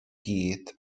gyd